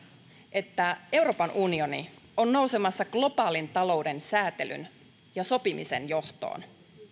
että euroopan unioni on nousemassa globaalin talouden säätelyn ja sopimisen johtoon